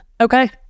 Okay